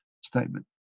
statement